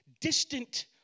distant